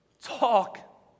Talk